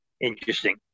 interesting